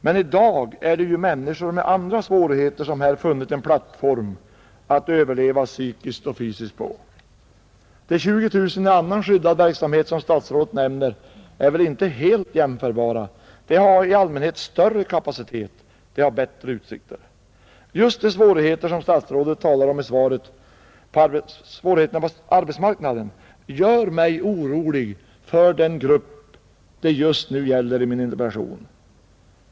Men i dag är det ju människor med andra svårigheter som här funnit en plattform att överleva psykiskt och fysiskt på. De 20 000 i annan skyddad verksamhet som statsrådet nämner är väl inte helt jämförbara. De har i allmänhet större kapacitet och bättre utsikter. Just de svårigheter som statsrådet talar om i svaret, svårigheterna på arbetsmarknaden, gör mig orolig för den grupp jag tagit upp i interpellationen.